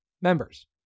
members